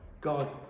God